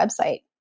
website